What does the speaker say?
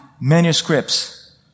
manuscripts